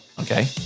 Okay